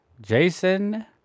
Jason